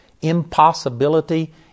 impossibility